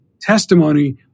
testimony